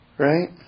Right